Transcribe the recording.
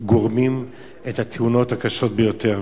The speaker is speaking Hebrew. גורמים את התאונות הקשות ביותר.